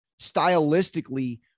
stylistically